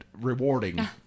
rewarding